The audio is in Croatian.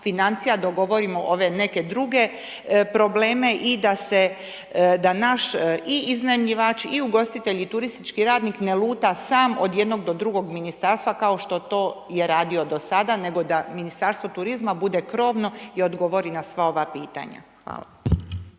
dogovorimo ove neke druge probleme i da naš i iznajmljivač i ugostitelj i turistički radnik ne luta sam od jednog do drugog Ministarstva, kao što to je radio do sada, nego da Ministarstvo turizma bude krovno i odgovori na sva ova pitanja. Hvala.